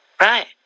Right